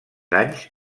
anys